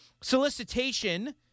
Solicitation